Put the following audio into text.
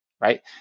right